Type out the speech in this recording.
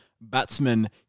batsman